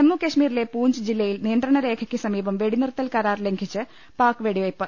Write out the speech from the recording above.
ജമ്മു കശ്മീരിലെ പൂഞ്ച് ജില്ലയിൽ നിയന്ത്രണരേഖയ്ക്ക് സമീപം വെടിനിർത്തൽ കരാർ ലംഘിച്ച് പാക്ക് വെടിവെപ്പ്